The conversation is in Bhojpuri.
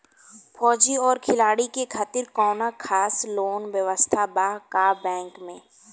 फौजी और खिलाड़ी के खातिर कौनो खास लोन व्यवस्था बा का बैंक में?